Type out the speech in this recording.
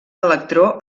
electró